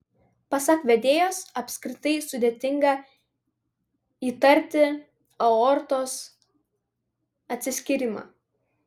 pasak vedėjos apskritai sudėtinga įtarti aortos atsiskyrimą